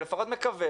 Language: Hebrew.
או לפחות מקווה,